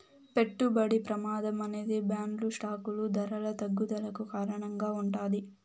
పెట్టుబడి ప్రమాదం అనేది బాండ్లు స్టాకులు ధరల తగ్గుదలకు కారణంగా ఉంటాది